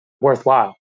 worthwhile